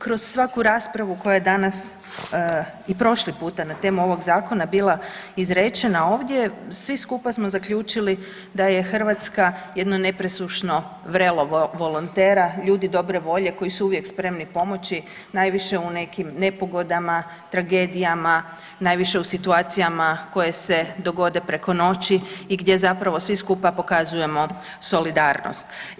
Kroz svaku raspravu koja je danas i prošli puta na temu ovog zakona bila izrečena ovdje, svi skupa smo zaključili da je Hrvatska jedno nepresušno vrelo volontera, ljudi dobre volje koji su uvijek spremni pomoći najviše u nekim nepogodama, tragedijama, najviše u situacijama koje se dogode preko noći i gdje zapravo svi skupa pokazujemo solidarnost.